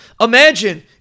imagine